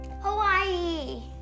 Hawaii